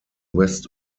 west